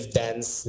dance